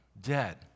dead